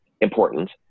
important